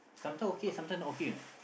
sometime okay sometime not okay you know